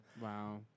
Wow